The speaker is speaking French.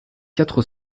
quatre